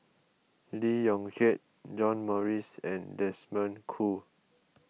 Lee Yong Kiat John Morrice and Desmond Kon